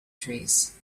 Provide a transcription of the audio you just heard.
trees